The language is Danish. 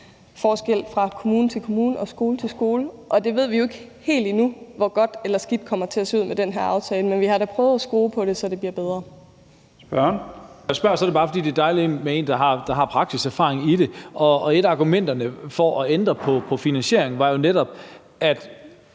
forskel fra kommune til kommune og fra skole til skole, og det ved vi jo ikke helt endnu hvor godt eller skidt kommer til at se ud med den her aftale, men vi har da prøvet at skrue på det, så det bliver bedre. Kl. 14:19 Første næstformand (Leif Lahn Jensen): Spørgeren. Kl. 14:19 Lars Boje Mathiesen (UFG): Når jeg spørger, er det bare, fordi det er dejligt med en, der har praktisk erfaring i det. Et af argumenterne for at ændre på finansieringen var jo netop, at